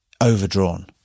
overdrawn